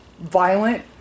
violent